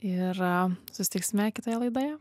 ir susitiksime kitoje laidoje